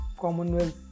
Commonwealth